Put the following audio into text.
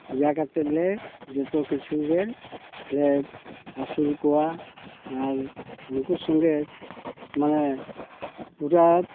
ᱤᱭᱟᱹ ᱠᱟᱛᱮ ᱞᱮ ᱡᱚᱛᱚ ᱠᱤᱪᱷᱩ ᱜᱮ ᱞᱮ ᱟᱹᱥᱩᱞ ᱠᱚᱣᱟ ᱟᱨ ᱩᱱᱠᱩ ᱥᱚᱸᱜᱮ ᱢᱟᱱᱮ ᱯᱩᱨᱟᱹ